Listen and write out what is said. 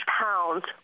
pounds